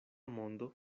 mondo